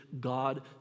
God